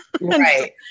right